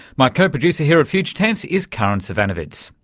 my co-producer here at future tense is karin zsivanovits,